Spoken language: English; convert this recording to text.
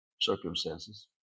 circumstances